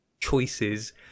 choices